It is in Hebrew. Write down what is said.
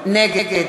נגד